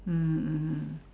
mmhmm mmhmm